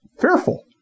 fearful